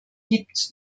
gibt